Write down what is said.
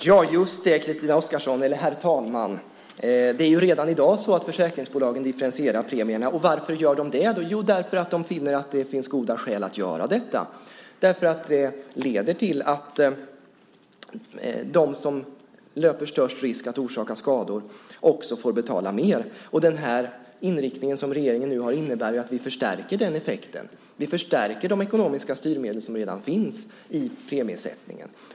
Herr talman! Det är redan i dag så, Christina Oskarsson, att försäkringsbolagen differentierar premierna. Varför gör de så? Jo, därför att de finner att det finns goda skäl att göra så. Det leder till att de som löper störst risk att orsaka skador också får betala mer. Den inriktning som regeringen har innebär att vi förstärker den effekten. Vi förstärker de ekonomiska styrmedel som redan finns i premiesättningen.